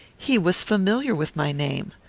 he was familiar with my name.